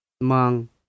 Mang